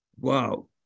wow